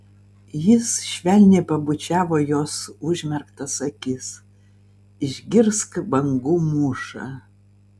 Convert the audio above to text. jis švelniai pabučiavo jos užmerktas akis išgirsk bangų mūšą